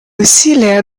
усилия